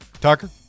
Tucker